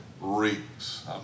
reeks